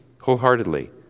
wholeheartedly